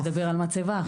אתה מדבר על המצבה.